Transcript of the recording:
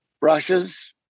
brushes